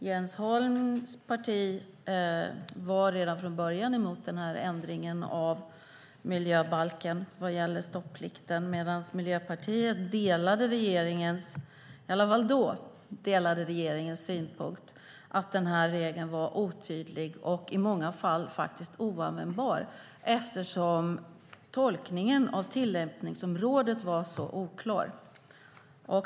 Jens Holms parti var redan från början emot ändringen av miljöbalken vad gäller stopplikten, medan Miljöpartiet då delade regeringens synpunkt att regeln var otydlig och i många fall oanvändbar, eftersom tolkningen av tillämpningsområdet var så oklar.